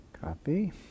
copy